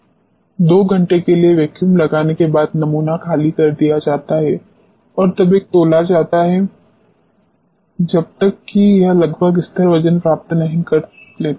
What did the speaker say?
2 घंटे के लिए वैक्यूम लगाने के बाद नमूना खाली कर दिया जाता है और तब तक तौला जाता है जब तक कि यह लगभग स्थिर वजन प्राप्त नहीं कर लेता